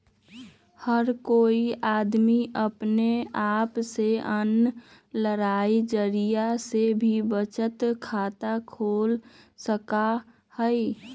हर कोई अमदी अपने आप से आनलाइन जरिये से भी बचत खाता खोल सका हई